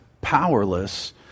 powerless